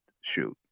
shoot